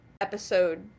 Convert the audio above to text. episode